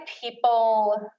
people